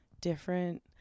different